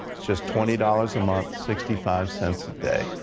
just twenty dollars a month, sixty five cents a day.